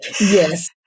yes